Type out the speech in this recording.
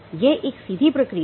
यह एक सीधी प्रक्रिया है